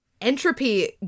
entropy